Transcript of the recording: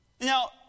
Now